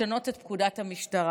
לשנות את פקודת המשטרה,